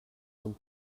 zum